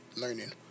learning